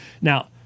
Now